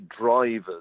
drivers